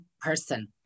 person